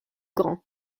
grand